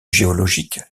géologique